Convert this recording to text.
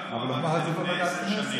גם אם הוא אמר את זה לפני 10 שנים,